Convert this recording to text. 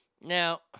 Now